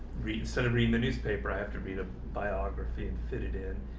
read instead of reading the newspaper. i have to read a biography and fit it in